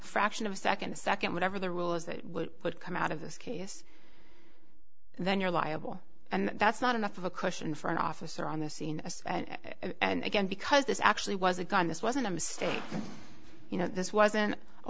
fraction of a second a second whatever the rule is that would come out of this case then you're liable and that's not enough of a question for an officer on the scene and again because this actually was a gun this wasn't a mistake you know this wasn't a